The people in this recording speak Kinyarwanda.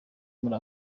muri